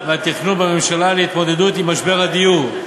והתכנון בממשלה להתמודדות עם משבר הדיור.